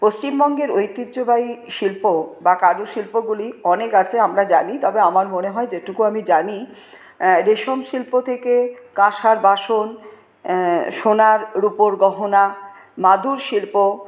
পশ্চিমবঙ্গের ঐতিহ্যবাহী শিল্প বা কারুশিল্পগুলি অনেক আছে আমরা জানি তবে আমার মনে হয় যেটুকু আমি জানি রেশমশিল্প থেকে কাঁসার বাসন সোনার রুপোর গহনা মাদুরশিল্প